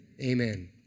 Amen